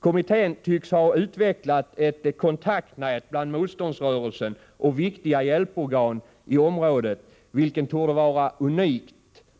Kommittén tycks ha ett väl utvecklat kontaktnät i motståndsrörelsen och viktiga hjälporgan i området, vilket torde vara unikt